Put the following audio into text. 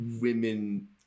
women